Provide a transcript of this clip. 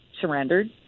surrendered